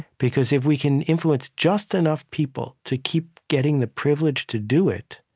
because if we can influence just enough people to keep getting the privilege to do it,